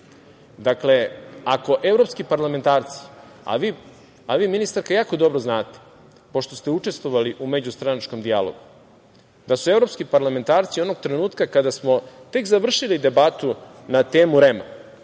jeste. Ako evropski parlamentarci, a vi ministarka jako dobro znate, pošto ste učestvovali u međustranačkom dijalogu, da su evropski parlamentarci onog trenutka kada smo tek završili debatu na temu REM-a,